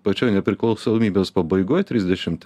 pačioj nepriklausomybės pabaigoj trisdešimt